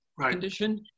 condition